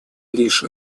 лишь